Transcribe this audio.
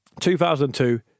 2002